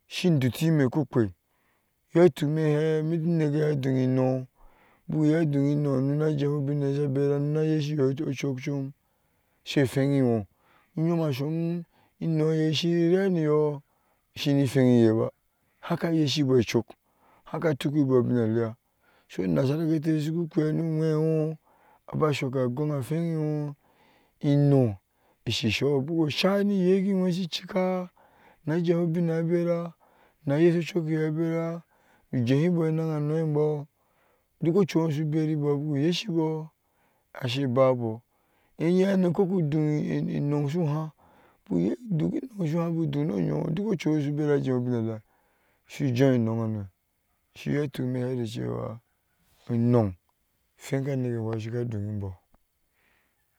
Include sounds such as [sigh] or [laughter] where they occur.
Shin dutime kopwei yotuk mehea miti nekeye jeho bineye shi bera nona yesheye ocuk cum she whenyi wo uyom asohom, inoye shiri reniyo shini hwenyiye ba haka yeshibo icuk haka tukkibɔ bina leya so nasharkete shiku pwiga no uwewo aba sokke gon ahweenwo ino ishi soho, bukushai niye ki wesicika wojea ubineye ya bera na yeso cikoye abera ujehibɔ [unintelligible] buku ashe babo, enyihane kɔgo doniino suha n buye [hesitation] don ino suha bu don no yowo duk ocuwo su bema jea ubina leya su jawe enon hano shiyotuk me ha de cewa anum fwenka neke bɔ shi ka don inbo